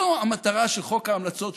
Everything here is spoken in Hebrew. זו המטרה של חוק ההמלצות,